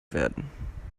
werden